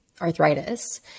arthritis